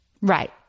Right